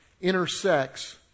intersects